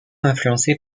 influencé